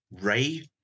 Ray